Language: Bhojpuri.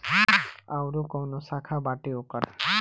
आयूरो काऊनो शाखा बाटे ओकर